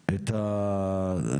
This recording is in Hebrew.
הבעייתיות.